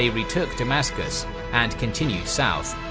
ah retook damascus and continued south,